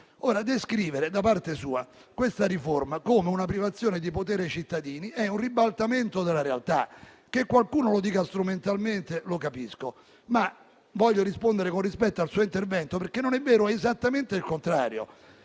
Ora, descrivere, da parte sua, questa riforma come una privazione di potere ai cittadini è un ribaltamento della realtà. Che qualcuno lo dica strumentalmente, lo capisco, ma voglio rispondere con rispetto al suo intervento, perché non è vero. È esattamente il contrario: